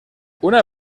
una